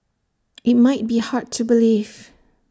IT might be hard to believe